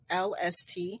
LST